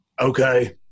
okay